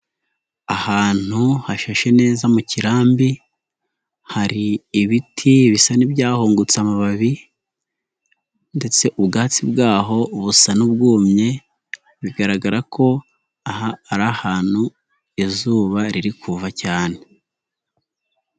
Ahantu hashashe neza mu kirambi hari ibiti bisa n'ibyahungutse amababi ndetse ubwatsi bw'aho busa n'ubwumye bigaragara ko aha ari ahantu izuba riri kuva cyane.